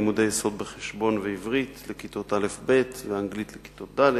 לימודי יסוד בחשבון ועברית לכיתות א'-ב' ואנגלית לכיתות ד'